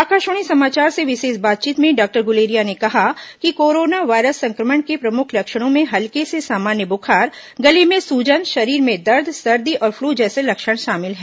आकाषवाणी समाचार से विषेष बातचीत में डॉक्टर गुलेरिया ने कहा कि कोरोना वायरस संक्रमण के प्रमुख लक्षणों में हल्के से सामान्य बुखार गले में सूजन शरीर में दर्द सर्दी और फ्लू जैसे लक्षण शामिल हैं